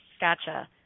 Gotcha